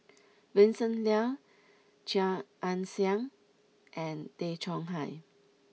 Vincent Leow Chia Ann Siang and Tay Chong Hai